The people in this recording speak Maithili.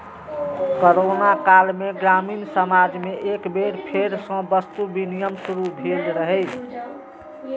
कोरोना काल मे ग्रामीण समाज मे एक बेर फेर सं वस्तु विनिमय शुरू भेल रहै